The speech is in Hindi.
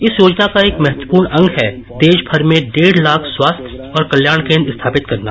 इस योजना का एक महत्वपूर्ण अंग है देश भर में डेढ़ लाख स्वास्थ्य और कल्याण केन्द्र स्थापित करना